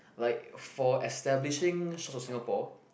like for establishing source of Singapore